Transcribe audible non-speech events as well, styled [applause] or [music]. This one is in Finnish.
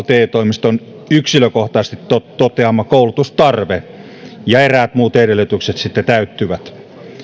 [unintelligible] te toimiston yksilökohtaisesti toteama koulutustarve ja eräät muut edellytykset täyttyvät